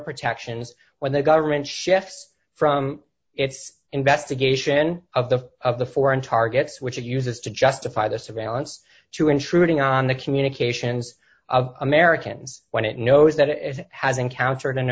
protections when the government shifts from its investigation of the of the foreign targets which it uses to justify the surveillance to intruding on the communications of americans when it knows that it has encountered